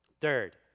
Third